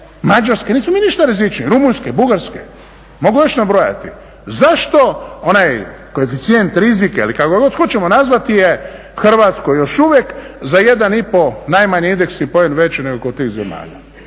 Mađarske, nismo mi ništa rizičniji, Rumunjske, Bugarske, mogu još nabrajati. Zašto onaj koeficijent rizika ili kako god hoćemo nazvati je Hrvatskoj još uvijek za 1,5 najmanji … veći nego kod tih zemalja?